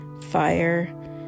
fire